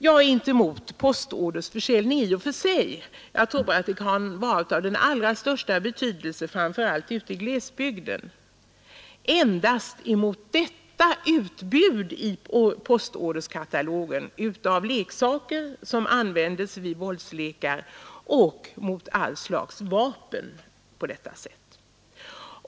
Jag är inte emot postorderförsäljning i och för sig — jag tror att den kan vara av allra största betydelse, framför allt ute i glesbygden — utan endast mot detta postorderkatalogernas utbud av leksaker, som används vid våldslekar, och utbud av alla slags vapen.